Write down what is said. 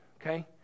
okay